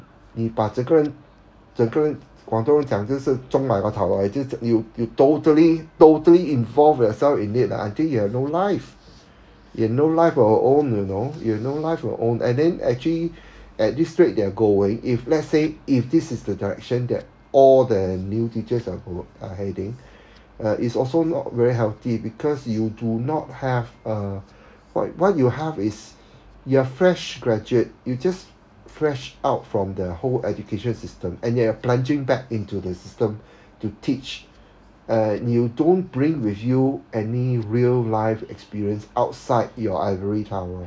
你把整个人整个人广东人讲就是 zhong mai ge tao wai 就是 you you totally totally involve yourself in it ah I think you have no life you have no life of your own you know you have no life of your own and then actually at this rate they're going if let's say if this is the direction that all the new teachers are are heading uh it's also not very healthy because you do not have uh what what you have is you are fresh graduate you just fresh out from the whole education system and you're plunging back into the system to teach uh you don't bring with you any real life experience outside your ivory tower